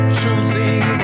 choosing